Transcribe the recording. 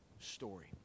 story